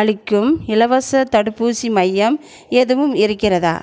அளிக்கும் இலவசத் தடுப்பூசி மையம் எதுவும் இருக்கிறதா